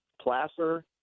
Placer